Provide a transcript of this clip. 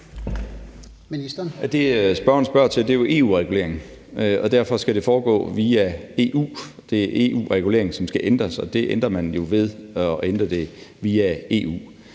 er jo EU-regulering, og derfor skal det foregå via EU. Det er EU-regulering, som skal ændres, og det ændrer man jo ved at ændre det via EU.